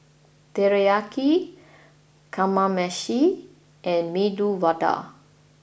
Teriyaki Kamameshi and Medu Vada